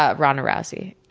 ah ronda rousey.